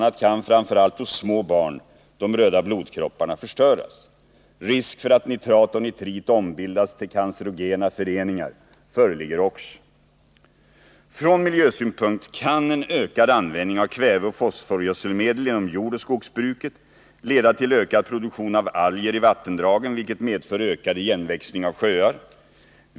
a. kan framför allt hos små barn de röda blodkropparna förstöras. Risk för att nitrat och nitrit ombildas till cancerogena föreningar föreligger också. Från miljösynpunkt kan en ökad användning av kväveoch fosforgödselmedel inom jordoch skogsbruket leda till ökad produktion av alger i vattendragen, vilket medför ökad ingenväxning av sjöar.